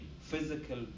physical